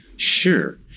Sure